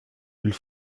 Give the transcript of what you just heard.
ils